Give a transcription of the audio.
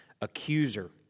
accuser